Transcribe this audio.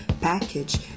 package